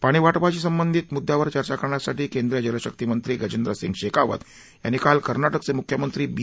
पाणीवाटपाशी संबंधित मुद्यांवर चर्चा करण्यासाठी केंद्रीय जलशक्तीमंत्री गजेंद्र सिंह शेखावत यांनी काल कर्नाटकघे मुख्यमंत्री बी